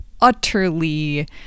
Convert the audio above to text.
utterly